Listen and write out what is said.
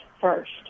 first